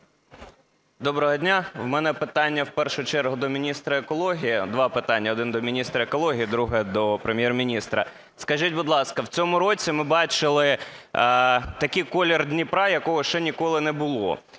Доброго дня! В мене питання, в першу чергу, до міністра екології. Два питання: до міністра екології, друге до Прем'єр-міністра. Скажіть, будь ласка, в цьому році ми бачили такий колір Дніпра, якого ще ніколи не було,